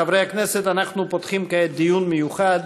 חברי הכנסת, אנחנו פותחים כעת דיון מיוחד